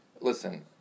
listen